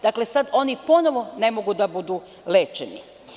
Dakle, sad oni ponovo ne mogu da budu lečeni.